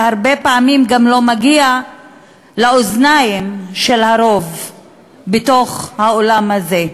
והרבה פעמים גם לא מגיע לאוזניים של הרוב בתוך האולם הזה.